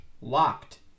locked